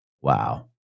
Wow